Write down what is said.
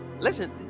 Listen